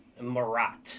Marat